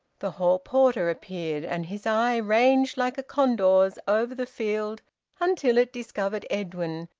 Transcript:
the hall-porter appeared, and his eye ranged like a condor's over the field until it discovered edwin,